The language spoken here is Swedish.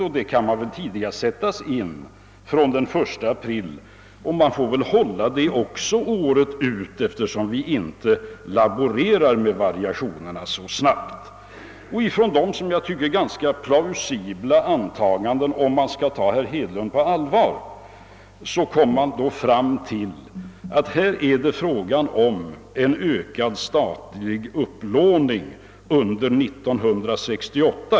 En sådan sänkning kan tidigast vidtagas från den 1 april, och den måste i så fall också hålla året ut, eftersom vi inte kan variera så snabbt. Från dessa som jag tycker ganska plausibla antaganden — om man skall ta herr Hedlund på allvar — kommer man då fram till att det här är fråga om en ökad statlig upplåning under 1968.